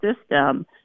system